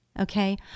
Okay